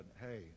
hey